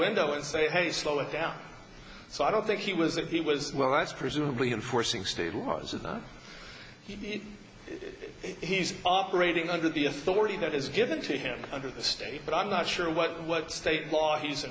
window and say hey slow it down so i don't think he was that he was well as presumably enforcing state laws of the he he's operating under the authority that is given to him under the state but i'm not sure what what state law he's